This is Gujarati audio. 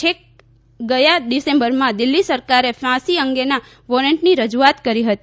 છેક ગયા ડીસેંબરમાં દિલ્ફી સરકારે ફાંસી અંગેના વોરન્ટની રજૂઆત કરી હતી